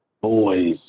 boys